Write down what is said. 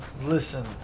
listen